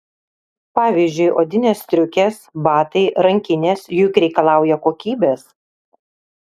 pavyzdžiui odinės striukės batai rankinės juk reikalauja kokybės